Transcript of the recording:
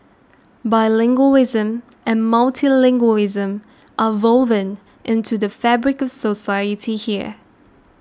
bilingualism and multilingualism are woven into the fabric of society here